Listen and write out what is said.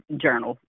journal